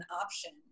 option